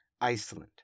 Iceland